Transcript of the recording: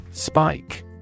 Spike